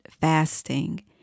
fasting